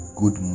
good